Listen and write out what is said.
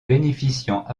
bénéficiant